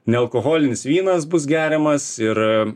nealkoholinis vynas bus geriamas ir